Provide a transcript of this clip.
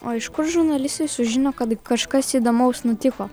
o iš kur žurnalistai sužino kad kažkas įdomaus nutiko